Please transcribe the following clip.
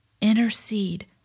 intercede